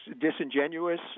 disingenuous